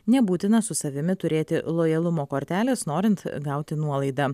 nebūtina su savimi turėti lojalumo kortelės norint gauti nuolaidą